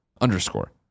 underscore